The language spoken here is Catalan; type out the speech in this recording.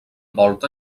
volta